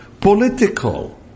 political